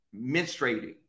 menstruating